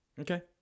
Okay